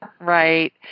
Right